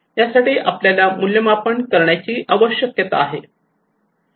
यासाठी आपल्याला मूल्यमापन करण्याची आवश्यकता आहे